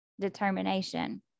determination